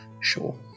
sure